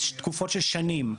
לפעמים על פני שנים.